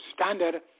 standard